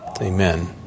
Amen